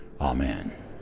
Amen